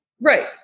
Right